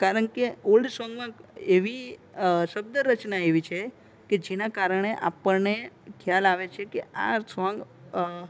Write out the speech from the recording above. કારણકે ઓલ્ડ સોંગમાં એવી શબ્દરચના એવી છે કે જેના કારણે આપણને ખ્યાલ આવે છે કે આ સોંગ